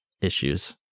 issues